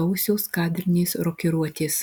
gausios kadrinės rokiruotės